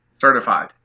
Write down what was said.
Certified